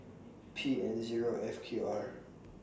P N Zero F Q R